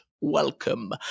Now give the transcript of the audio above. welcome